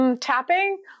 tapping